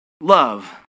love